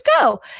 go